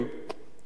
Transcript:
אז הוא לא דיבר.